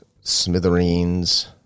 Smithereens